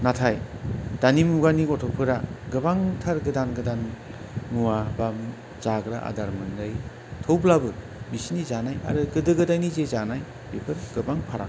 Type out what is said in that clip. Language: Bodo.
नाथाय दानि मुगानि गथ'फोरा गोबांथार गोदान गोदान मुवा बा जाग्रा आदार मोनजायो थेवब्लाबो बिसोरनि जानाय आरो गोदो गोदायनि जे जानाय बेफोर गोबां फाराग